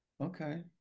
Okay